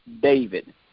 David